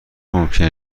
ممکنه